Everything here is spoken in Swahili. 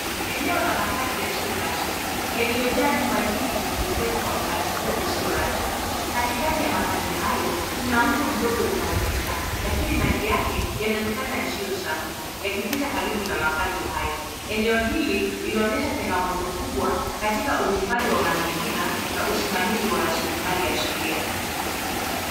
Eneo la makaazi yasiyorasmi yaliojaa manyumba nyingi yaliyojengwa kwa mpangilio usiyo rasmi katikati ya makazi hayo kuna mto mdogo unaopita lakini maji yake yanaonekana yasiyosafi yakipita karibu na makaazi hayo eneo hili linaonyesha changamoto kubwa katika uhifadhi wa mazingira na usimamizi wa rasilimali asilia.